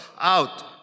out